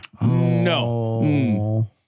No